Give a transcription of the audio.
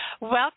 Welcome